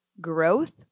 growth